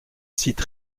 sites